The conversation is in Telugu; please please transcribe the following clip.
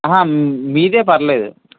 అహ మీదే పర్వాలేదు